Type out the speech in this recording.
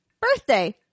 Birthday